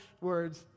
words